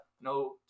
no